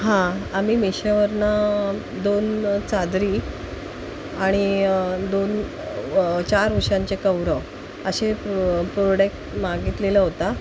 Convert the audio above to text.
हां आम्ही मिशोवरून दोन चादरी आणि दोन चार उशांचे कवरं असे प्रोडेक्ट मागितलेला होता